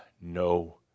no